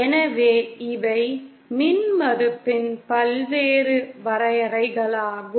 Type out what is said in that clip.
எனவே இவை மின்மறுப்பின் பல்வேறு வரையறைகளாகும்